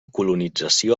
colonització